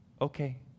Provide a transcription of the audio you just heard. Okay